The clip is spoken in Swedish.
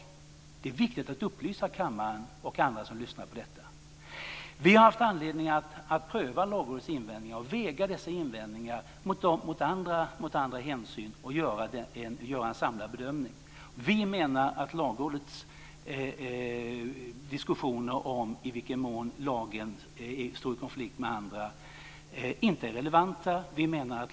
Detta är viktigt att upplysa för kammaren och andra som lyssnar på detta. Vi har haft anledning att pröva Lagrådets invändningar, väga dessa invändningar mot andra hänsyn och göra en samlad bedömning. Vi menar att Lagrådets diskussioner om i vilken mån lagen står i konflikt med andra lagar inte är relevant.